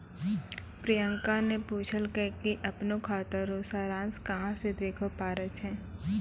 प्रियंका ने पूछलकै कि अपनो खाता रो सारांश कहां से देखै पारै छै